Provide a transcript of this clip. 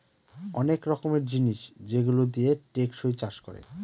অনেক রকমের জিনিস যেগুলো দিয়ে টেকসই চাষ করে